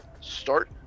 start